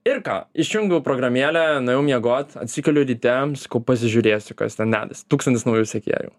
ir ką išjungiau programėlę nuėjau miegot atsikeliu ryte sakau pasižiūrėsiu kas ten dedasi tūkstantis naujų sekėjų